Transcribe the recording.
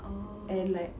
oh